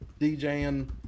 DJing